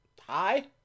Hi